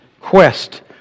Quest